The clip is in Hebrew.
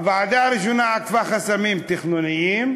הוועדה הראשונה עקפה חסמים תכנוניים,